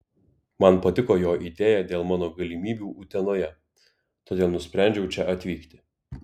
man patiko jo idėja dėl mano galimybių utenoje todėl nusprendžiau čia atvykti